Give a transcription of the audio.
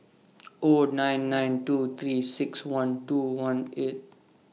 O nine nine two three six one two one eight